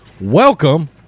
Welcome